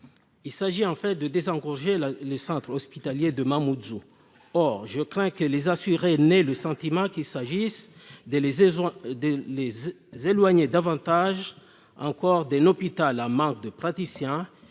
Il s'agit en fait de désengorger le centre hospitalier de Mamoudzou. Or je crains que les assurés n'aient le sentiment qu'il s'agit de les éloigner davantage encore d'un hôpital en manque de praticiens